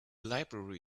library